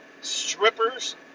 strippers